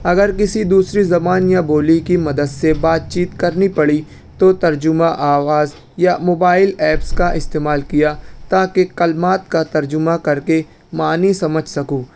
اگر کسی دوسری زبان یا بولی کی مدد سے بات چیت کرنی پڑی تو ترجمہ آغاز یا موبائل ایپس کا استعمال کیا تاکہ کلمات کا ترجمہ کر کے معانی سمجھ سکوں